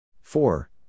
Four